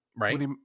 Right